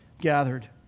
gathered